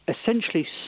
essentially